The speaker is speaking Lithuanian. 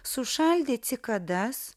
sušaldė cikadas